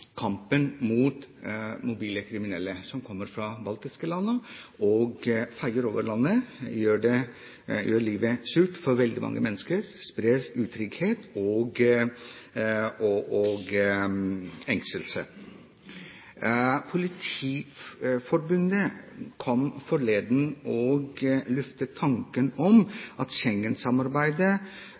kampen mot mobile kriminelle som kommer fra de baltiske landene og feier over landet, gjør livet surt for veldig mange mennesker, og sprer utrygghet og engstelse. Politiforbundet luftet forleden tanken om at